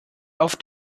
auf